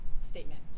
statement